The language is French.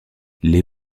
les